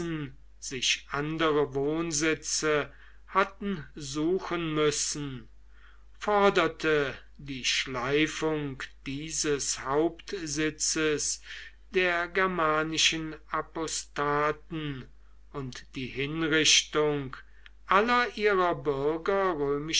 sich andere wohnsitze hatten suchen müssen forderte die schleifung dieses hauptsitzes der germanischen apostaten und die hinrichtung aller ihrer